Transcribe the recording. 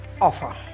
offer